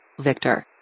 Victor